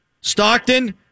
Stockton